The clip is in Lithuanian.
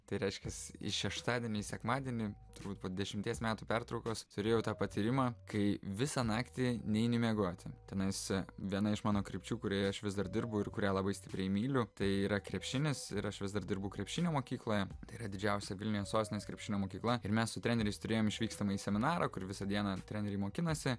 tai reiškias iš šeštadienio į sekmadienį turbūt po dešimties metų pertraukos turėjau tą patyrimą kai visą naktį neini miegoti tenais viena iš mano krypčių kurioje aš vis dar dirbu ir kurią labai stipriai myliu tai yra krepšinis ir aš vis dar dirbu krepšinio mokykloje tai yra didžiausia vilniuje sostinės krepšinio mokykla ir mes su treneriais turėjom išvykstamąjį seminarą kur visą dieną treneriai mokinasi